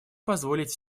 позволить